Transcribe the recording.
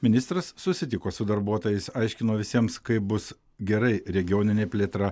ministras susitiko su darbuotojais aiškino visiems kaip bus gerai regioninė plėtra